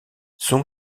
son